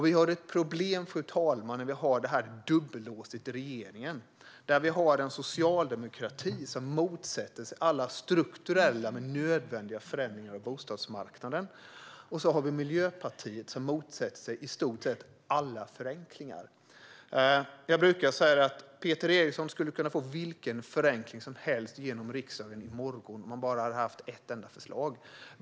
Vi har ett problem, fru talman, med det här dubbellåset i regeringen med en socialdemokrati som motsätter sig alla strukturella men nödvändiga förändringar av bostadsmarknaden och Miljöpartiet som motsätter sig i stort sett alla förenklingar. Jag brukar säga att Peter Eriksson skulle kunna få vilken förenkling som helst genom riksdagen i morgon om han bara hade haft ett enda förslag.